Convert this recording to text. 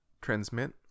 Transmit